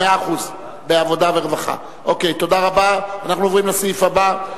בעד, אין מתנגדים ואין נמנעים.